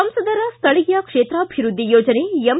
ಸಂಸದರ ಸ್ಥಳೀಯ ಕ್ಷೇತಾಭಿವೃದ್ಧಿ ಯೋಜನೆ ಎಮ್